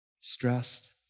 stressed